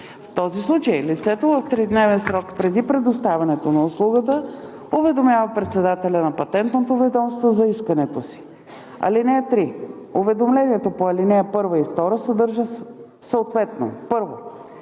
В този случай лицето в тридневен срок преди предоставянето на услугата уведомява председателя на Патентното ведомство за искането си. (3) Уведомлението по ал. 1 и 2 съдържа съответно: 1.